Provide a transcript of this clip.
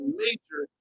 major